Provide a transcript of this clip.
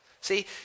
See